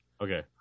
Okay